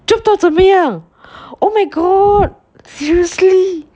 chop 到怎么样 oh my god seriously